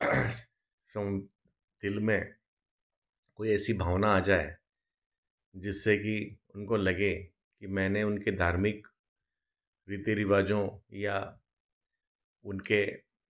दिल में कोई ऐसी भावना आ जाए जिस से की उनको लगे मैं उनके धार्मिक रीति रिवाजों या उनके